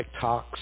TikToks